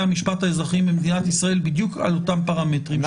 המשפט האזרחיים במדינת ישראל בדיוק על אותם פרמטרים,